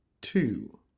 two